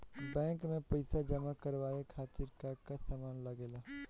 Bank में पईसा जमा करवाये खातिर का का सामान लगेला?